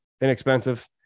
inexpensive